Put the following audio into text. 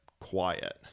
quiet